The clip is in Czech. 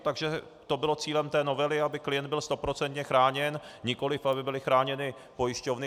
Takže to bylo cílem té novely, aby klient byl stoprocentně chráněn, nikoliv aby byly chráněny pojišťovny.